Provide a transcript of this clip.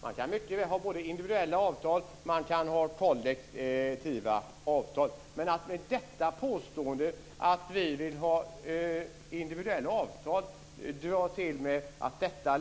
Man kan mycket väl ha både individuella avtal och kollektiva avtal. Men att påstå att de individuella avtal som vi vill ha